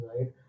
right